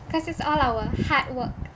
because it's all our hard work